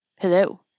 Hello